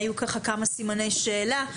העלה כמה סימני שאלה.